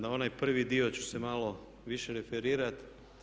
Na onaj prvi dio ću se malo više referirati.